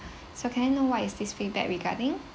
so can I know what is this feedback regarding